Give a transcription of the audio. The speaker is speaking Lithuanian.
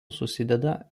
susideda